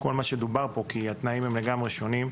כל מה שדובר פה כי התנאים הם לגמרי שונים.